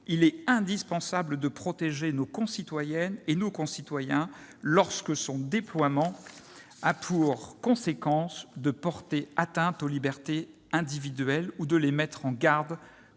il est indispensable de protéger nos concitoyennes et nos concitoyens lorsque son déploiement a pour conséquence de porter atteinte aux libertés individuelles ou de les mettre en garde